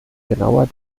genauer